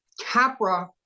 Capra